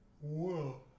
Whoa